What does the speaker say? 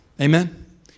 Amen